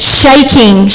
shaking